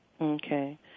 Okay